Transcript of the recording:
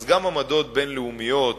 אז גם עמדות בין-לאומיות